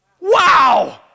Wow